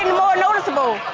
more noticeable!